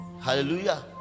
Hallelujah